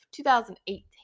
2018